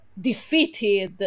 defeated